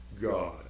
God